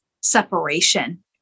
separation